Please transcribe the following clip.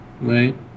right